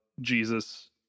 Jesus